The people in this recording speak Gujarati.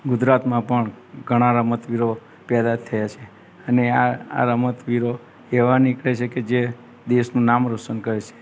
ગુજરાતમાં પણ ઘણા રમતવીરો પેદા થયા છે અને આ આ રમતવીરો એવા નીકળે છે કે જે દેશનું નામ રોશન કરે છે